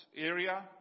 area